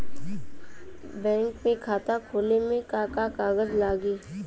Bank में खाता खोले मे का का कागज लागी?